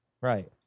Right